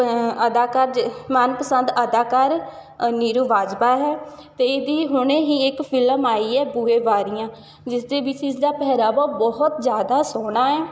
ਅਦਾਕਾਰ ਜ ਮਨਪਸੰਦ ਅਦਾਕਾਰ ਨੀਰੂ ਬਾਜਵਾ ਹੈ ਅਤੇ ਇਹਦੀ ਹੁਣੇ ਹੀ ਇੱਕ ਫਿਲਮ ਆਈ ਹੈ ਬੂਹੇ ਬਾਰੀਆਂ ਜਿਸਦੇ ਵਿੱਚ ਇਸਦਾ ਪਹਿਰਾਵਾ ਬਹੁਤ ਜ਼ਿਆਦਾ ਸੋਹਣਾ ਹੈ